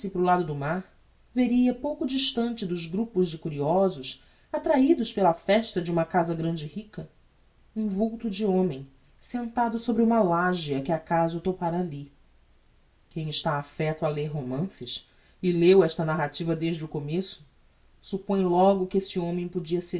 o lado do mar veria pouco distante dos grupos de curiosos attrahidos pela festa de uma casa grande e rica um vulto de homem sentado sobre uma lagea que acaso topára alli quem está affeito a ler romances e leu esta narrativa desde o começo suppõe logo que esse homem podia ser